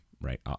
right